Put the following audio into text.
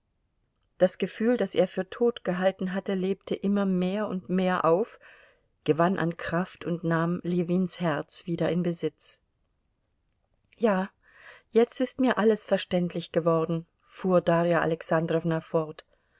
das gefühl das er für tot gehalten hatte lebte immer mehr und mehr auf gewann an kraft und nahm ljewins herz wieder in besitz ja jetzt ist mir alles verständlich geworden fuhr darja alexandrowna fort